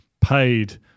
paid